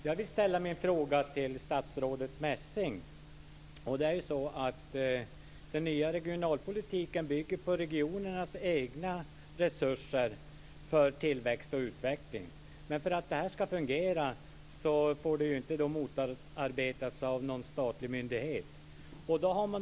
Fru talman! Jag vill ställa min fråga till statsrådet Den nya regionalpolitiken bygger på regionernas egna resurser för tillväxt och utveckling. Men för att det ska fungera får detta inte motarbetas av någon statlig myndighet.